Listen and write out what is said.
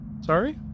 Sorry